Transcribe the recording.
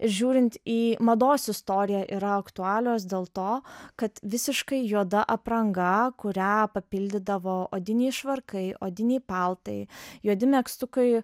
žiūrint į mados istoriją yra aktualios dėl to kad visiškai juoda apranga kurią papildydavo odiniai švarkai odiniai paltai juodi megztukai